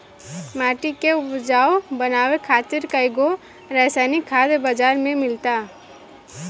माटी के उपजाऊ बनावे खातिर कईगो रासायनिक खाद बाजार में मिलता